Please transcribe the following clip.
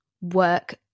work